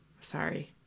Sorry